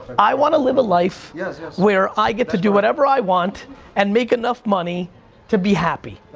i wanna live a life yeah where i get to do whatever i want and make enough money to be happy.